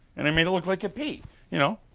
and i made it look like a p you know?